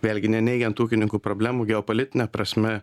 vėlgi neneigiant ūkininkų problemų geopolitine prasme